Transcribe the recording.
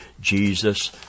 Jesus